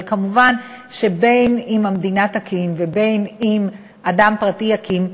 אבל מובן שבין שהמדינה תקים ובין שאדם פרטי יקים,